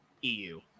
EU